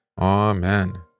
amen